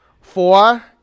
four